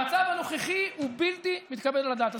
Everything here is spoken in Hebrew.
המצב הנוכחי בלתי מתקבל על הדעת.